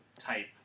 type